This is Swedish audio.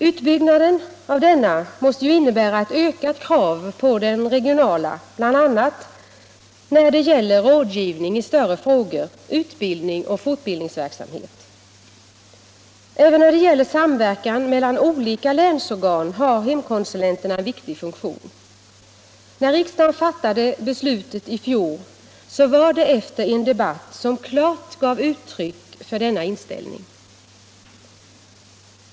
Utbyggnaden av denna måste ju innebära ett ökat krav på den regionala verksamheten, bl.a. när det gäller rådgivning i större frågor, utbildning och fortbildningsverksamhet. Även när det gäller samverkan mellan olika länsorgan har hemkonsulenterna en viktig funktion. När riksdagen fattade beslutet i fjol var det efter en debatt som klart gav uttryck för denna inställning.